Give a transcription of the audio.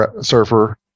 surfer